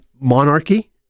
monarchy